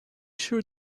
sure